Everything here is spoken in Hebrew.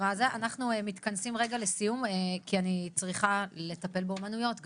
אנחנו מתכנסים רגע לסיום כי אני צריכה לטפל באומנויות גם,